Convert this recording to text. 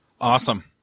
Awesome